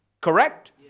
Correct